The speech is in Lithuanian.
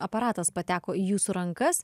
aparatas pateko į jūsų rankas